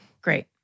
Great